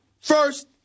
first